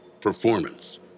performance